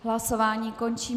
Hlasování končím.